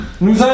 Nous